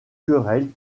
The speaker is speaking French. querelle